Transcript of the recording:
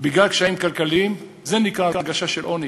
בגלל קשיים כלכליים, זה נקרא הרגשה של עוני,